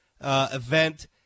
event